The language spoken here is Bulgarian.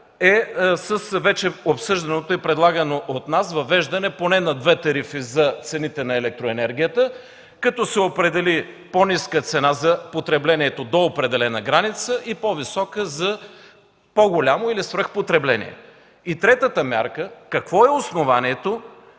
е вече обсъжданото и предлагано от нас въвеждане поне на две тарифи за цените на електроенергията, като се определи по-ниска цена за потребление до определена граница и по-висока – за по-голямо или свръхпотребление. Третата мярка е какво е основанието